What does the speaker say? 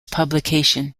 publication